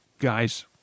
Guys